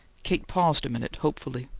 kate paused a minute hopefully.